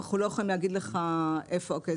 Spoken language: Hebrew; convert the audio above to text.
אנחנו לא יכולים להגיד לך איפה הכסף.